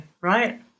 right